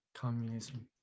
Communism